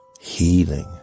healing